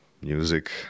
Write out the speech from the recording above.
music